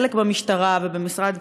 חלק במשטרה ובמשרד